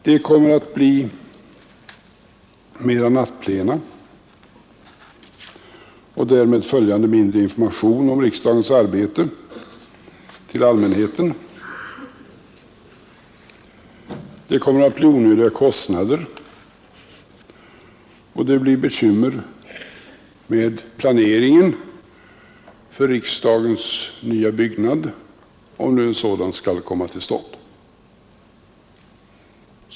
Det kommer att bli fler nattplena och därmed följande mindre information om riksdagens arbete till allmänheten. Det kommer att bli onödiga kostnader, och det blir bekymmer med planeringen för riksdagens nya byggnad, om nu en sådan skall komma till stånd.